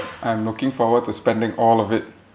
I'm looking forward to spending all of it